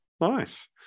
Nice